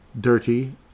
dirty